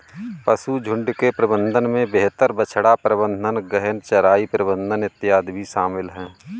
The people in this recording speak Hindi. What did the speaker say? पशुझुण्ड के प्रबंधन में बेहतर बछड़ा प्रबंधन, गहन चराई प्रबंधन इत्यादि भी शामिल है